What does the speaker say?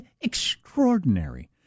extraordinary